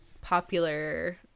popular